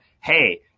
hey